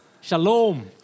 Shalom